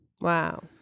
Wow